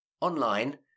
online